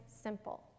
simple